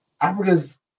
Africa's